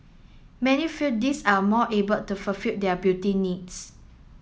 many feel these are more able to fulfil their beauty needs